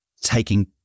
taking